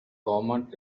government